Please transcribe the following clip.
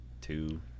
two